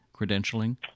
credentialing